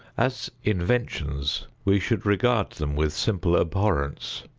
as inventions, we should regard them with simple abhorrence.